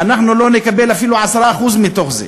אנחנו לא נקבל אפילו 10% מתוך זה.